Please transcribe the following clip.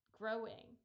growing